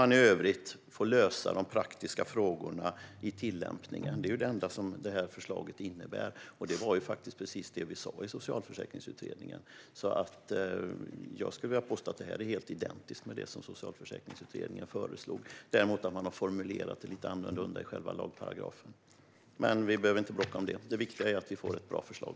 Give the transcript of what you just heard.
I övrigt får man lösa de praktiska frågorna i tillämpningen. Det är det enda detta förslag innebär, och det var faktiskt precis det vi sa i Socialförsäkringsutredningen. Jag skulle alltså vilja påstå att detta förslag är helt identiskt med Socialförsäkringsutredningens. Däremot har man formulerat det lite annorlunda i själva lagparagrafen. Vi behöver dock inte bråka om det. Det viktiga är att vi får ett bra förslag.